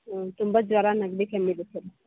ಹ್ಞೂ ತುಂಬ ಜ್ವರ ನೆಗಡಿ ಕೆಮ್ಮಿದೆ ಸರ್